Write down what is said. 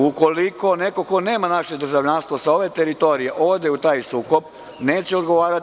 Ukoliko neko ko nema naše državljanstvo sa ove teritorije ode u taj sukob, neće odgovarati.